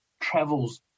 travels